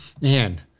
man